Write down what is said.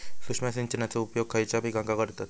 सूक्ष्म सिंचनाचो उपयोग खयच्या पिकांका करतत?